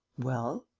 well?